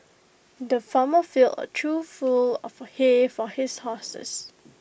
the farmer filled A trough full of hay for his horses